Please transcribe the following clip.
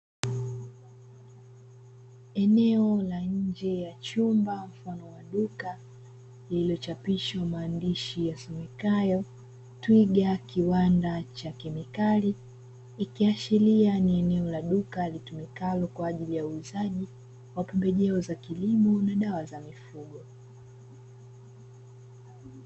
Eneo la nje ya chumba mfano wa duka lililochapishwa maandishi yasomekayo "Twiga kiwanda cha kemikali". ikiashiria ni eneo la duka litumikalo kwa ajili ya uuzaji wa pembejeo za kilimo na dawa za mifugo.